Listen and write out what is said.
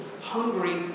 hungry